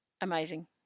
amazing